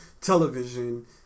television